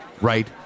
right